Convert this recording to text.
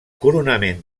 coronament